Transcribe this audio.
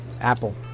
Apple